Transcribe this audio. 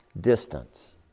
Distance